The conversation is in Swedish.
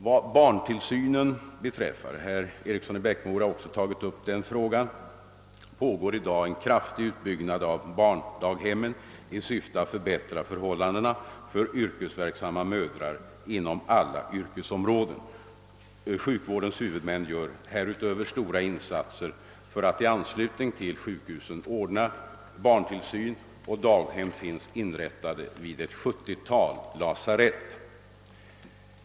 Vad beträffar barntillsynen, som herr Eriksson i Bäckmora också tog upp, pågår i dag en kraftig utbyggnad av barndaghemmen i syfte att förbättra förhållandena för yrkesverksamma mödrar inom alla yrkesområden. Sjukvårdens huvudmän gör härutöver stora insatser för att i anslutning till sjukhusen ordna barntillsyn. Daghem finns inrättade vid ett 70-tal lasarett.